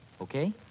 okay